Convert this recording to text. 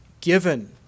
given